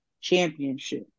Championship